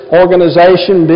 organization